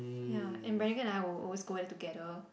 ya Brenagon and I will always go there together